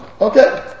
Okay